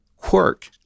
quirk